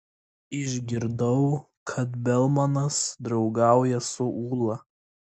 išgirdau kad belmanas draugauja su ūla